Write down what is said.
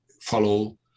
follow